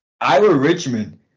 Iowa-Richmond